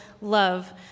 love